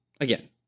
again